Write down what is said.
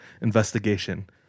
investigation